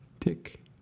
tick